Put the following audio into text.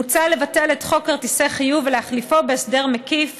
מוצע לבטל את חוק כרטיסי חיוב ולהחליפו בהסדר מקיף